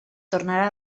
tornar